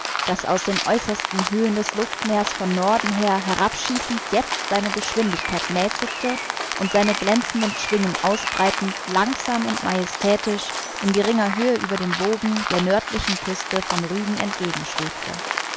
das aus den äußersten höhen des luftmeers von norden her herabschießend jetzt seine geschwindigkeit mäßigte und seine glänzenden schwingen ausbreitend langsam und majestätisch in geringer höhe über den wogen der nördlichen küste von rügen